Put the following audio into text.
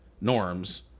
norms